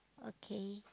okay